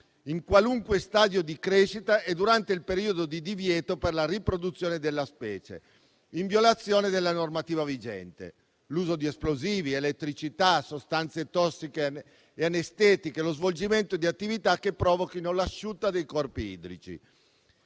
in qualunque stadio di crescita e durante il periodo di divieto per la riproduzione della specie in violazione della normativa vigente; l'uso di esplosivi, elettricità, sostanze tossiche e anestetiche; lo svolgimento di attività che provochino l'asciutta dei corpi idrici.